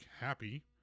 happy